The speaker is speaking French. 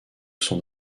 son